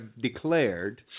declared